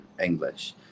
English